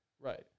Right